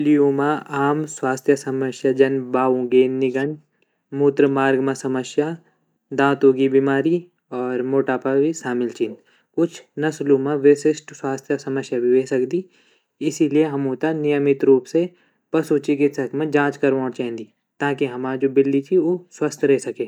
बिल्लियों म आम स्वास्त्य समस्या जान बावूँ ग निकन मूत्र मार्ग म समस्या दाँतु की बीमारी और मोटापा भी सामिल छीन कुछ नस्लूँ म विसिस्ट स्वास्त्य समस्या भी वे सकदी इसलिये हमू त नियमित रूप से पसु चिकित्सक म जाँच करवोंण चेंदी।